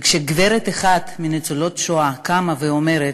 וכשגברת אחת מניצולות השואה קמה ואמרה: